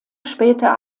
später